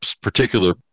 particular